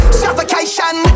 suffocation